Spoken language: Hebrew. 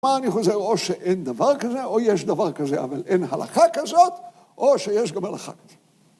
מה אני חוזר, או שאין דבר כזה, או יש דבר כזה, אבל אין הלכה כזאת, או שיש גם הלכה כזאת.